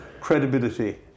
credibility